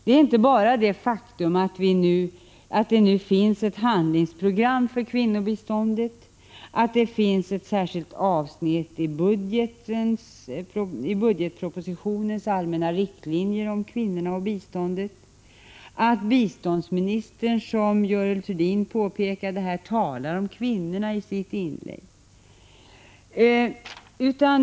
Det är inte bara det att det nu finns ett handlingsprogram för kvinnobiståndet; att det finns ett särskilt avsnitt i budgetpropositionens allmänna riktlinjer om kvinnorna och biståndet; att biståndsministern, som Görel Thurdin påpekade, talade om kvinnorna i sitt inlägg.